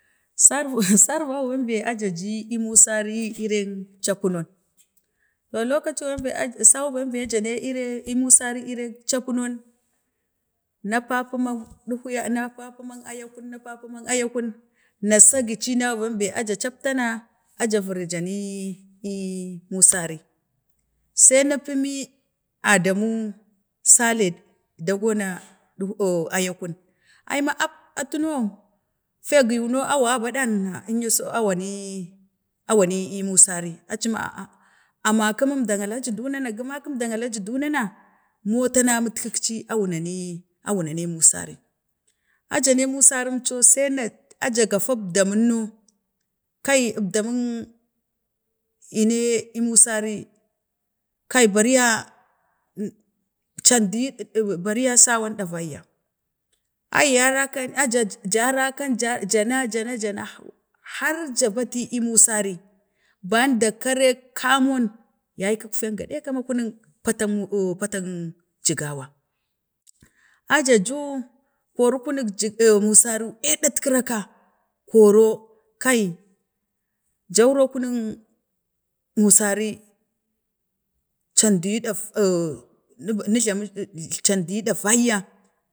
To sau sarban bembe a jani ii musari ireeng capunon, to lokacin bembe sau bembe ji mo ivia-ii musari capunon, na papumon əuhiwanm, na papuman ayaku, na papuman ayaku, na sagi cinak bembee a ja captana, a ja viri ja nii musari, sai na pumi ii Adamu Saleh Dogona əhar ayakun, ai ma ab atu no tee giyu mo a waban aɗana, na in ya so na wani awami ii musari, aci me ap a making ja Alh. Duna na, kəmaku əujang daji Duna na motanan mutkəkci a wunani a wunani musari, a ja he musari a ja he musari a ja gafau əbdamun no, kai əb damən ii ne musari ɗai bariya candiyu, kar beriya shawon a du ɗavayya, ai ya rakan a ja ja rakan jana jana har ja bati ii munsari banda kare kamon, yaykək feen gadika a ku nang petang, patang mu, ar patang jagawa a ja juu kori, kuntle ji, musari eeɗa kira ɓaa koro kai jauro kunəng musari candugu ɗafor nep